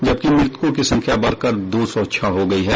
जबकि मृतकों की संख्या बढकर दो सौ छह हो गयी है